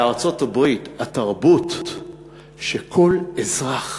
בארצות-הברית התרבות שכל אזרח